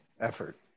Effort